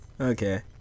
Okay